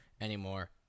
anymore